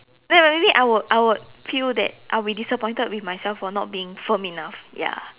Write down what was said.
no no maybe I would I would feel that I will be disappointed with myself for not being firm enough ya